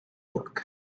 work